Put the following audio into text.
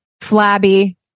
flabby